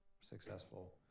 successful